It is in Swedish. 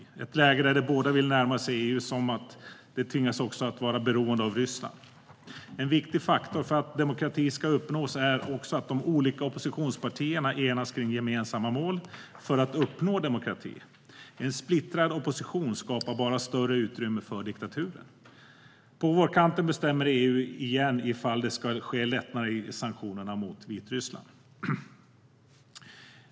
Det är ett läge där man både vill närma sig EU och tvingas vara beroende av Ryssland. En viktig faktor för att demokrati ska uppnås är att de olika oppositionspartierna enas kring gemensamma mål för att uppnå demokrati. En splittrad opposition skapar bara större utrymme för diktaturen. På vårkanten bestämmer EU återigen om det ska ske lättnader i sanktionerna mot Vitryssland.